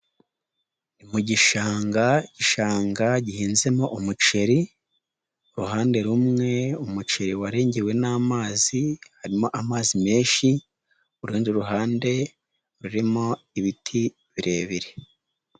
Mu gishanga, igishanga gihinzemo umuceri, uruhande rumwe umuceri warengewe n'amazi harimo amazi menshi, urundi ruhande rurimo ibiti birebire.